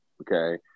Okay